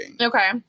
Okay